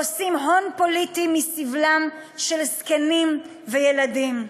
עושים הון פוליטי מסבלם של זקנים וילדים.